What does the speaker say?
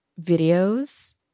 videos